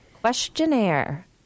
Questionnaire